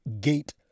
Gate